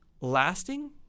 lasting